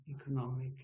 economic